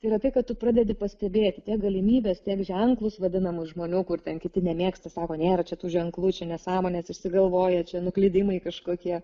yra tai kad tu pradedi pastebėti tiek galimybes tiek ženklus vadinamus žmonių kur ten kiti nemėgsta sako nėra čia tų ženklų čia nesąmonės išsigalvoja čia nuklydimai kažkokie